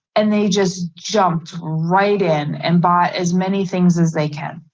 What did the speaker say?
and they just jumped right in and buy as many things as they can.